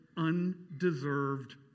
undeserved